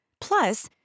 Plus